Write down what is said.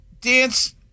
dance